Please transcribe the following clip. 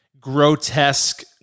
grotesque